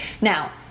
Now